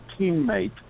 teammate